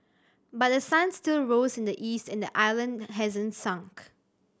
but the sun still rose in the east and the island hasn't sunk